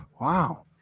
wow